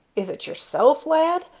is it yourself, lad?